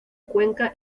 cuenca